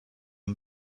and